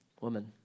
Woman